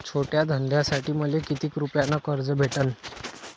छोट्या धंद्यासाठी मले कितीक रुपयानं कर्ज भेटन?